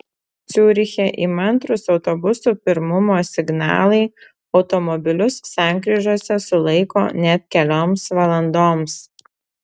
ciuriche įmantrūs autobusų pirmumo signalai automobilius sankryžose sulaiko net kelioms valandoms